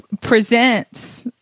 presents